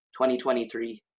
2023